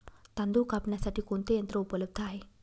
तांदूळ कापण्यासाठी कोणते यंत्र उपलब्ध आहे?